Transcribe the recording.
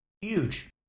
huge